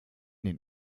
den